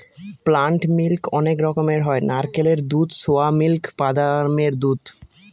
plant milk অনেক রকমের হয় নারকেলের দুধ, সোয়া মিল্ক, বাদামের দুধ